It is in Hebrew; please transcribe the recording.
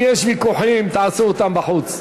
אם יש ויכוחים, תעשו אותם בחוץ.